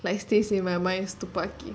like stays in my mind